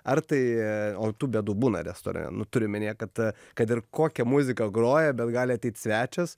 ar tai o tų bėdų būna restorane nu turiu omenyje kad kad ir kokią muziką groja bet gali ateit svečias